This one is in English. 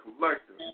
collective